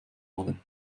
wurde